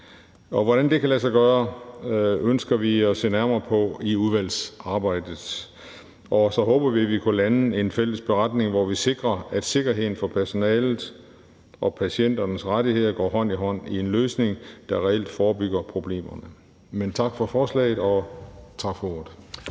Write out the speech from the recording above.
og hvordan det kan lade sig gøre, ønsker vi at se nærmere på i udvalgsarbejdet. Og så håber vi, at vi kan lande en fælles beretning, hvor vi sikrer, at sikkerheden for personalet og patienternes rettigheder går hånd i hånd i en løsning, der reelt forebygger problemerne. Men tak for forslaget, og tak for ordet.